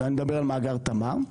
ואני מדבר על מאגר תמר,